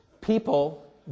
People